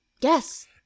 Yes